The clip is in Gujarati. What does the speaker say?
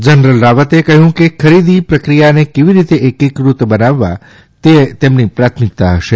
જનરલ રાવતે કહ્યું કે ખરીદી પ્રક્રિયાનેકેવી રીતે એકીકૃત બનાવવા તે તેમની પ્રાથમિકતા હશે